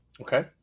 okay